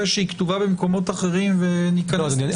שהיא כתובה במקומות אחרים ונכנס לזה עוד כמה פעמים.